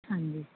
ਹਾਂਜੀ